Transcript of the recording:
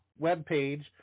webpage